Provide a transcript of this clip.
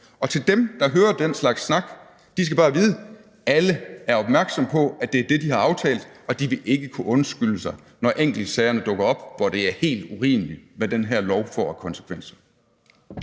Og dem, der hører den slags snak, skal bare vide, at alle er opmærksomme på, at det er det, de har aftalt, og de vil ikke kunne undskylde sig, når enkeltsagerne dukker op, for det er helt urimeligt, hvad den her lov får af konsekvenser.